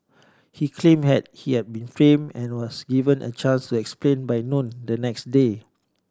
he claim had he had been and was given a chance to explain by noon the next day